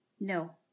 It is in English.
No